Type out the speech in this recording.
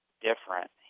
different